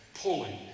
pulling